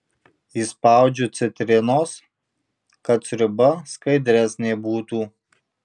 įspaudžiu citrinos kad sriuba skaidresnė būtų